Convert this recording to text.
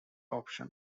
option